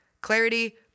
Clarity